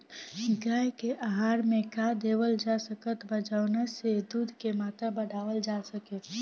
गाय के आहार मे का देवल जा सकत बा जवन से दूध के मात्रा बढ़ावल जा सके?